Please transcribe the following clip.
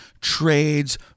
trades